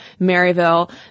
Maryville